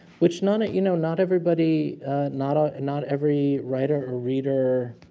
which none it, you know, not everybody not ah and not every writer or reader